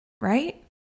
right